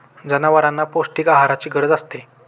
जनावरांना पौष्टिक आहाराची गरज असते